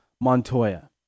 Montoya